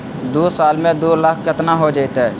दू साल में दू लाख केतना हो जयते?